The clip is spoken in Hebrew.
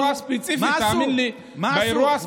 באירוע הספציפי, תאמין לי, מה עשו?